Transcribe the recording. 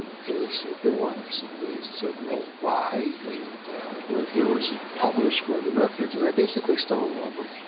they said there was. and they said well, why? and where where was it published? where are the records? and they basically stone walled them,